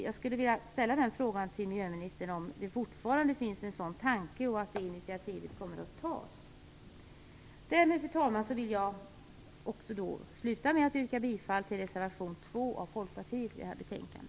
Jag skulle vilja fråga miljöministern om det fortfarande finns en sådan tanke och om det initiativet kommer att tas. Därmed, fru talman, vill jag sluta med att yrka bifall till reservation 2 av Folkpartiet i detta betänkande.